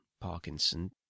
Parkinson